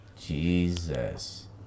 Jesus